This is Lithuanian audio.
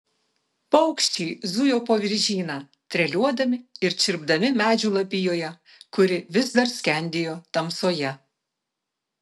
paukščiai zujo po viržyną treliuodami ir čirpdami medžių lapijoje kuri vis dar skendėjo tamsoje